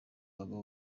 bagabo